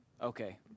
Okay